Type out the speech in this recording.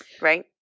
Right